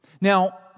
Now